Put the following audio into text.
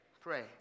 pray